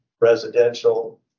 residential